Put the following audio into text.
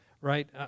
right